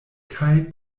kaj